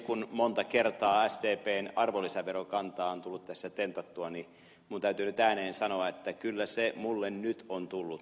kun monta kertaa sdpn arvonlisäverokantaa on tullut tässä tentattua niin minun täytyy nyt ääneen sanoa että kyllä se minulle nyt on tullut selväksi